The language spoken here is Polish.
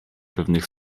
pewnych